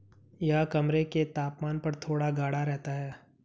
यह कमरे के तापमान पर थोड़ा गाढ़ा रहता है